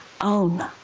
own